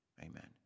Amen